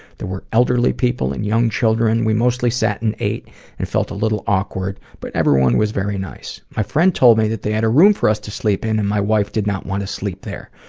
there were elderly people and young children. we mostly sat and ate and felt a little awkward, but everyone was very nice. my friend told me that they had a room for us to sleep in and my wife did not want to sleep there.